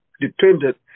dependent